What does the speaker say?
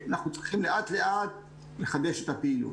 אנחנו צריכים לאט לאט לחדש את הפעילות.